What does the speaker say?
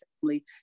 family